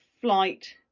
flight